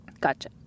Gotcha